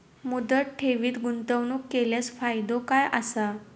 मुदत ठेवीत गुंतवणूक केल्यास फायदो काय आसा?